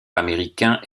américains